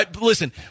Listen